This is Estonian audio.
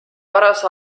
paras